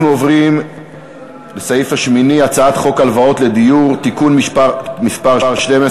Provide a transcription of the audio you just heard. אנחנו עוברים לסעיף השמיני: הצעת חוק הלוואות לדיור (תיקון מס' 12),